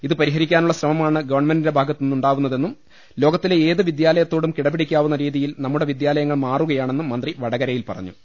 ഇത് പരിഹരിക്കാനുള്ള ശ്രമമാണ് ഗവൺമെന്റിന്റെ ഭാഗത്തുനിന്നുണ്ടാവുന്നതെന്നും ലോകത്തിലെ ഏത് വിദ്യാലയത്തോടും കിടപിടിക്കാവുന്ന രീതിയിൽ നമ്മുടെ വിദ്യാലയങ്ങൾ മാറുകയാണെന്നും മന്ത്രി വടകരയിൽ പറഞ്ഞു